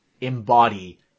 embody